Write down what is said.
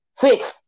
Six